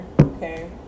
okay